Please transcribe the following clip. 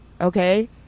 Okay